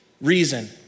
reason